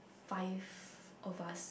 five of us